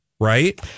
Right